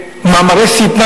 למאמרי שטנה,